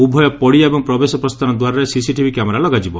ଉଭୟ ପଡିଆ ଏବଂ ପ୍ରବେଶ ପ୍ରସ୍ତାନ ଦ୍ୱାରରେ ସିସିଟିଭି କ୍ୟାମେରା ଲଗାଯିବ